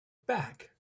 back